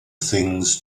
things